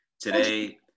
Today